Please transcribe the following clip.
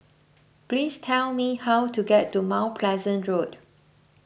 please tell me how to get to Mount Pleasant Road